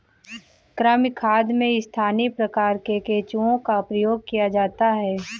कृमि खाद में स्थानीय प्रकार के केंचुओं का प्रयोग किया जाता है